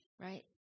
right